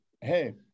Hey